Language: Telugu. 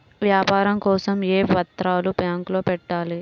వ్యాపారం కోసం ఏ పత్రాలు బ్యాంక్లో పెట్టాలి?